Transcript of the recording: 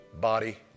Body